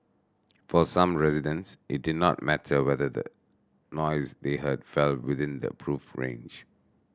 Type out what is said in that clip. for some residents it did not matter whether the noise they heard fell within the approved range